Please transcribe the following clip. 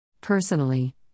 Personally